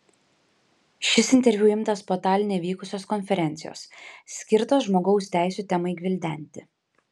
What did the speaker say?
šis interviu imtas po taline vykusios konferencijos skirtos žmogaus teisių temai gvildenti